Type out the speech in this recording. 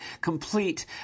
complete